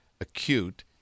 acute